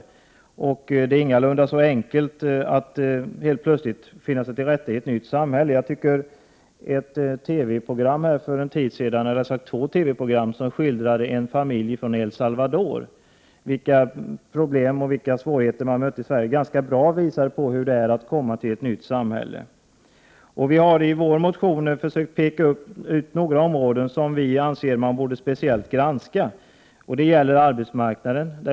Det är ingalunda så enkelt för invandrarna att finna sig till rätta i ett nytt samhälle. Två olika TV-program för en tid sedan skildrade en familj från El Salvador — vilka problem och svårigheter familjen mötte i Sverige. Dessa TV-program visade ganska bra hur det är att komma till ett nytt samhälle. Vi i centern har i vår motion pekat på några områden som vi anser bör granskas speciellt. Ett av dessa områden är arbetsmarknaden.